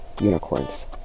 unicorns